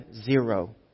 Zero